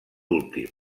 últim